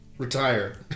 Retire